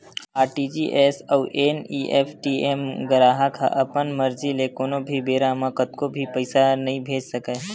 RTGS अउ NEFT म गराहक ह अपन मरजी ले कोनो भी बेरा म कतको भी पइसा नइ भेज सकय